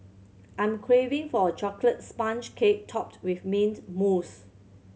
I'm craving for a chocolate sponge cake topped with mint mousse